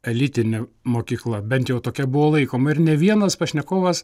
elitinė mokykla bent jau tokia buvo laikoma ir ne vienas pašnekovas